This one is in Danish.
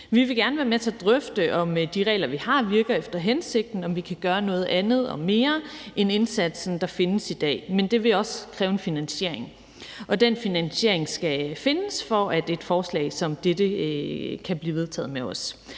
Vi vil gerne være med til at drøfte, om de regler, vi har, virker efter hensigten; om vi kan gøre noget andet og mere end indsatsen, der findes i dag. Men det vil også kræve en finansiering, og den finansiering skal findes, for at et forslag som dette kan blive vedtaget med os.